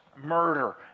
murder